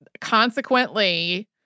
consequently